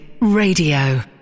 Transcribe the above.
Radio